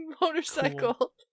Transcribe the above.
motorcycle